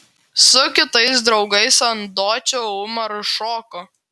su kitais draugais ant dočio umaru šoko